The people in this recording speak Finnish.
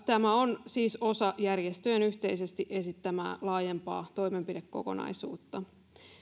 tämä on siis osa järjestöjen yhteisesti esittämää laajempaa toimenpidekokonaisuutta